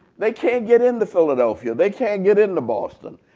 they can't get into philadelphia. they can't get into boston.